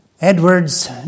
Edwards